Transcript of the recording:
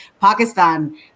Pakistan